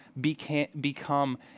become